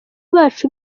bacu